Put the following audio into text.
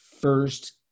first